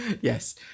Yes